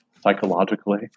psychologically